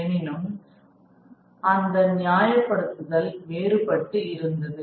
எனினும் வந்த நியாயப் படுத்துதல் வேறுபட்டு இருந்தது